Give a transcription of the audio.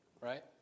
right